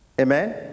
Amen